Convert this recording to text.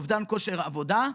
אובדן כושר עבודה.